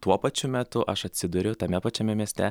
tuo pačiu metu aš atsiduriu tame pačiame mieste